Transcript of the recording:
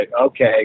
okay